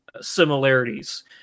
similarities